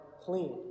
clean